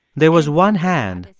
there was one hand,